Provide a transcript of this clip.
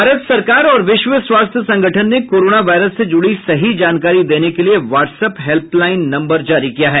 भारत सरकार और विश्व स्वास्थ्य संगठन ने कोरोना वायरस से जुड़ी सही जानकारी देने के लिए वाट्सएप हेल्पलाईन नम्बर जारी किया है